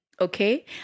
okay